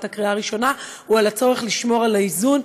הקריאה הראשונה הוא הצורך לשמור על האיזון.